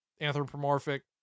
anthropomorphic